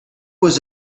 was